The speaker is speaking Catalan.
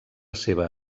seva